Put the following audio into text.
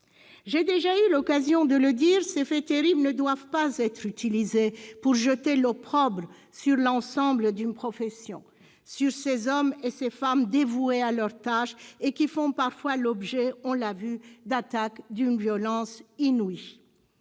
J'ai déjà eu l'occasion de le dire, ces faits terribles ne doivent pas être utilisés pour jeter l'opprobre sur l'ensemble d'une profession, sur ces hommes et ces femmes dévoués à leur tâche et qui font parfois l'objet, on l'a vu, d'attaques d'une violence inouïe.